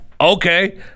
okay